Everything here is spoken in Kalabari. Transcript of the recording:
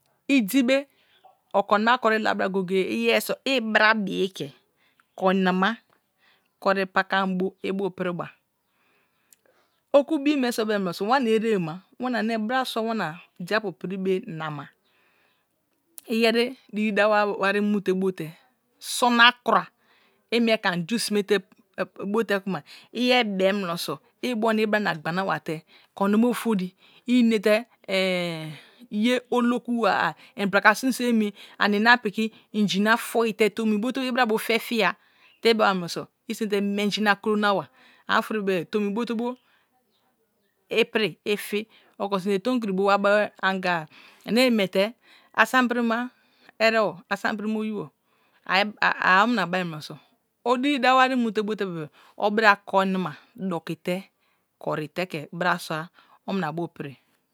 Idi gbe okoinama kori la bra goye goye iyeri so̱ i brabi ke koinama, kori pakanbo ibu piri ba. Oku bi me se bem so wani, ésèmema wani andbra sua wana de apu pri be nama. Iyeri deri dawa wari ma te bote soll krua imilke anju sime te bo te tu ma yeti bemuroso abiona ibra na gbana wa te koimama ofori inete olokua inbraka sin so em, ari na piki ingi na foite tome bote bo ibrabu fefaya te ibeba munus simete menja na kuro na wa avi ofori be tonsi br te bo pri ifi, olao sinve tomkin bu wa bas anga-ane milte asan birima étého asan berima oyibo a omiaa bei muns so o diri dawa wani mute bote bebi o bira koinama doki te korite ke bra sua ominabu piri.